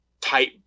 type